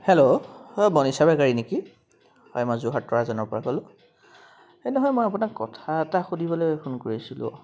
hello হয় বণী চাৰ্ভাৰ গাড়ী নেকি হয় মই যোৰহাট তৰাজনৰপৰা ক'লোঁ এই নহয় মই আপোনাক কথা এটা সুধিবলৈ ফোন কৰিছিলোঁ